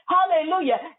Hallelujah